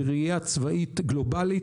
בראייה הצבאית גלובלית.